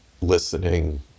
listening